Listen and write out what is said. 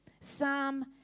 Psalm